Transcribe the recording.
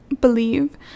believe